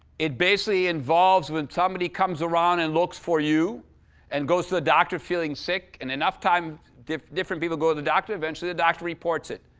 it basically involves when somebody comes around and looks for you and goes to the doctor feeling sick. and enough times different people go to the doctor, eventually the doctor reports it.